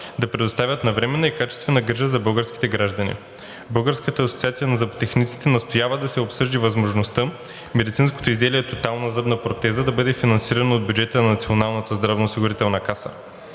да предоставят навременна и качествена грижа на българските граждани. Българската асоциация на зъботехниците настоява да се обсъди възможността медицинското изделие „тотална зъбна протеза“ да бъде финансирано от бюджета на Националната здравноосигурителна каса.